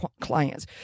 clients